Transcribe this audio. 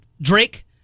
Drake